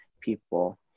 people